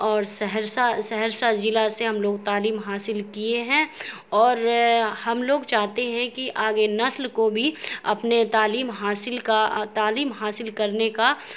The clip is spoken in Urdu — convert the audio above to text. اور سہرسہ سہرسہ ضلع سے ہم لوگ تعلیم حاصل کیے ہیں اور ہم لوگ چاہتے ہیں کہ آگے نسل کو بھی اپنے تعلیم حاصل کا تعلیم حاصل کرنے کا